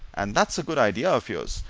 and that's a good idea of yours,